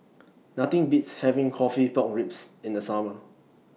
Nothing Beats having Coffee Pork Ribs in The Summer